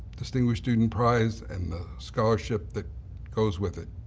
distinguished student prize and the scholarship that goes with it.